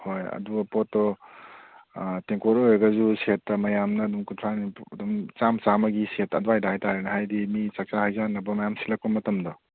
ꯍꯣꯏ ꯑꯗꯨ ꯄꯣꯠꯇꯣ ꯇꯦꯡꯀꯣꯠ ꯑꯣꯏꯔꯒꯁꯨ ꯁꯦꯠꯇ ꯃꯌꯥꯝ ꯑꯃ ꯀꯨꯟꯊ꯭ꯔꯥ ꯅꯤꯐꯨ ꯑꯗꯨꯝ ꯆꯥꯃ ꯆꯥꯝꯃꯒꯤ ꯁꯦꯠꯇ ꯑꯗ꯭ꯋꯥꯏꯗ ꯍꯥꯏꯕ ꯇꯥꯔꯦꯅꯦ ꯍꯥꯏꯕꯗꯤ ꯃꯤ ꯆꯥꯛꯆꯥ ꯍꯩꯖꯥꯅꯕ ꯃꯌꯥꯝ ꯁꯤꯜꯂꯛꯄ ꯃꯇꯝꯗꯣ